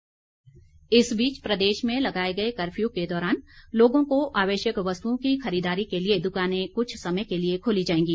curfew ढील इस बीच प्रदेश में लगाए गए कर्फ्यू के दौरान लोगों को आवश्यक वस्तुओं की खरीददारी के लिए दुकानें कुछ समय के लिए खोली जाएंगी